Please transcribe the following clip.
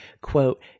quote